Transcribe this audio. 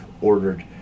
ordered